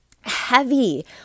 heavy